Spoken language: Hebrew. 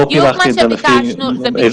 לא פילחתי את זה לפי אזורי התפשטות.